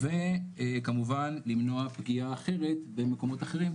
וכמובן למנוע פגיעה אחרת במקומות אחרים,